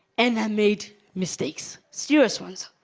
and make mistakes serious ones